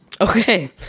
Okay